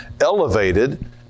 elevated